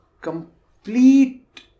complete